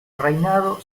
reinado